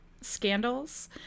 scandals